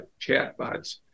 chatbots